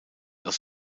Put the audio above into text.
aus